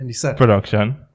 production